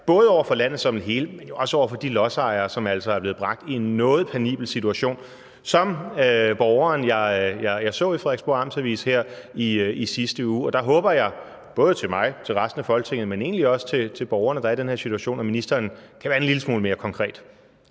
både over for landet som et hele, men også over for de lodsejere, som altså er blevet bragt i en noget penibel situation – som borgeren, jeg så i Frederiksborg Amts Avis her i sidste uge. Og jeg håber for både mig, for resten af Folketinget, men også for borgerne, der er i den her situation, at ministeren kan være en lille smule mere konkret.